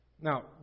Now